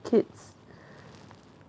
kids